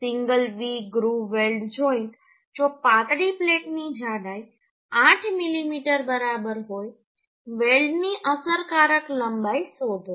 single V groove weld જોઈન્ટજો પાતળી પ્લેટની જાડાઈ 8 મીમી બરાબર હોય વેલ્ડની અસરકારક લંબાઈ શોધો